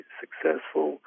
successful